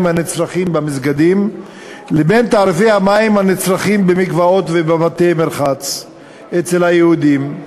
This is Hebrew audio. הנצרכים במסגדים לתעריפי המים הנצרכים במקוואות ובבתי-מרחץ אצל היהודים.